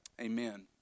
Amen